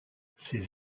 ces